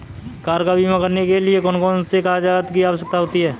Car का बीमा करने के लिए कौन कौन से कागजात की आवश्यकता होती है?